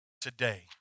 today